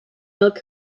elk